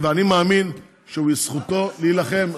ואני מאמין שזכותו להילחם.